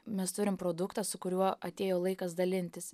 mes turim produktą su kuriuo atėjo laikas dalintis